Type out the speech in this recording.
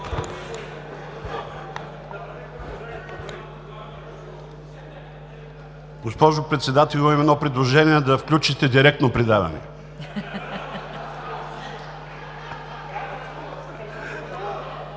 Госпожо Председател, имам едно предложение – да включите директно предаване.